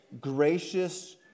gracious